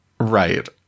Right